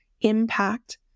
impact